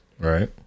Right